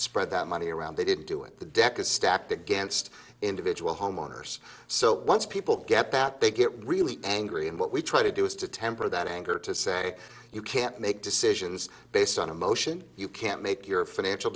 spread that money around they didn't do it the deck is stacked against individual homeowners so once people get that they get really angry and what we try to do is to temper that anger to say you can't make decisions based on emotion you can't make your financial